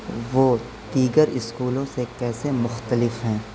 وہ دیگر اسکولوں سے کیسے مختلف ہیں